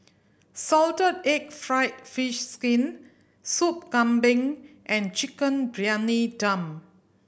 salted egg fried fish skin Sup Kambing and Chicken Briyani Dum